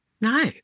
no